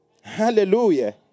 Hallelujah